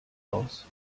aus